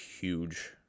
huge